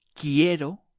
quiero